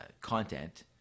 content